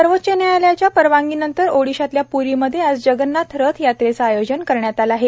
सर्वोच्च न्यायालयाच्या परवानगी नंतर ओडिशातल्या प्रीमध्ये आज जगन्नाथ रथ यात्रेचं आयोजन करण्यात आलं आहे